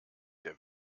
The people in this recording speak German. der